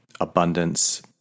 abundance